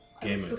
game